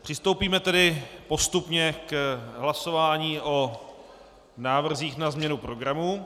Přistoupíme tedy postupně k hlasování o návrzích na změnu programu.